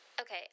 Okay